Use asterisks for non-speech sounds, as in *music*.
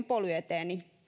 *unintelligible* polyeteeni